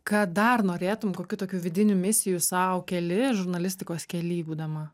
ką dar norėtum kokių tokių vidinių misijų sau keli žurnalistikos kely būdama